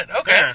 Okay